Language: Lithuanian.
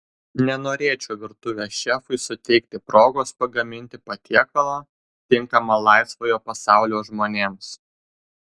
nenorėčiau virtuvės šefui suteikti progos pagaminti patiekalą tinkamą laisvojo pasaulio žmonėms